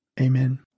Amen